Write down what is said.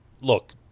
look